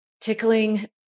tickling